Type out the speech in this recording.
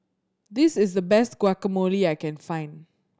this is the best Guacamole I can find